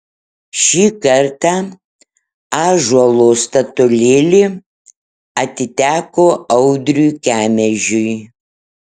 šį kartą ąžuolo statulėlė atiteko audriui kemežiui